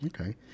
Okay